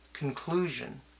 Conclusion